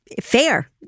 fair